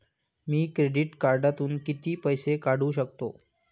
मी credit कार्डातून किती पैसे काढू शकतो?